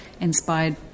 inspired